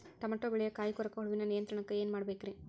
Tomato ಬೆಳೆಯ ಕಾಯಿ ಕೊರಕ ಹುಳುವಿನ ನಿಯಂತ್ರಣಕ್ಕ ಏನ್ ಮಾಡಬೇಕ್ರಿ?